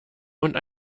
und